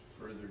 further